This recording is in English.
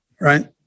Right